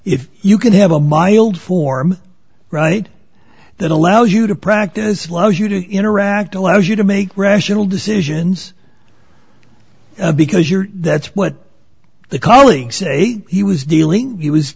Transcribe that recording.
if you can have a mild form right that allows you to practice loves you to interact allows you to make rational decisions because you're that's what the colleagues say he was dealing he was